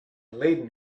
leiden